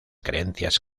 creencias